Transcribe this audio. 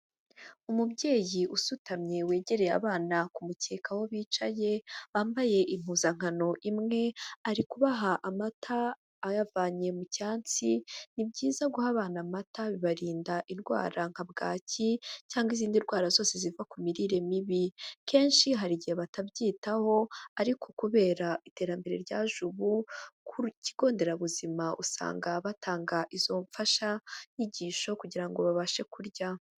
Umubyeyi usutamye wegereye abana kumukeka aho bicaye, bambaye impuzankano imwe, ari kubaha amata ayavanye mu cyansi, ni byiza guha abana amata bibarinda indwara nka bwaki, cyangwa izindi ndwara zose ziva ku mirire mibi, kenshi hari igihe batabyitaho, ariko kubera iterambere ryaje ubu, ku kigo nderabuzima usanga batanga izo mfayigisho kugira ngo babashe kurya.